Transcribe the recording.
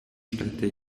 städte